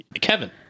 Kevin